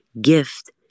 gift